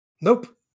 nope